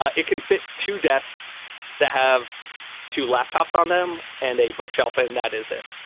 ah it can fit two desks that have two laptops on them and a bookshelf and that is it.